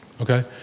okay